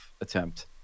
attempt